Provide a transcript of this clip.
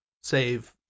Save